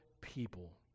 people